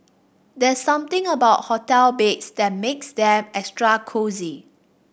there's something about hotel beds that makes them extra cosy